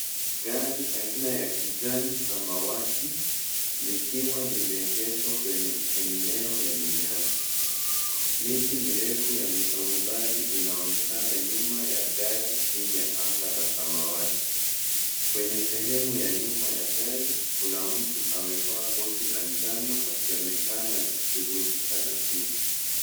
Gari aina ya kijani samawati likiwa limeegeshwa kwenye eneo lenye nyasi. Miti mirefu ya misonobali inaonekana nyuma ya gari chini ya anga la samawati. Kwenye sehemu ya nyuma ya gari, kuna mtu amevaa koti la njano akionekana akishughulika na kitu.